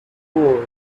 boy